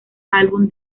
álbum